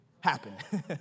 happen